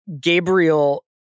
Gabriel